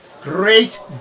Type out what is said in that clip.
great